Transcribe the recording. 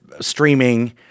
streaming